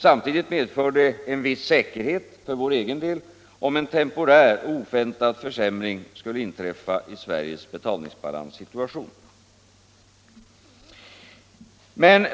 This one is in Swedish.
Samtidigt medför det en viss säkerhet för vår egen del om en temporär och oväntad försämring skulle inträffa i Sveriges betalningsbalanssituation.